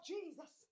jesus